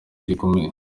gikomeye